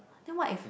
then what if